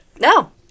No